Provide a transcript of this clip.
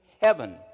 heaven